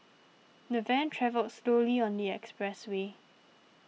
the van travelled slowly on the expressway